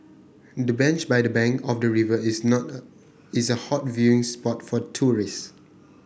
the bench by the bank of the river is is a hot viewing spot for tourists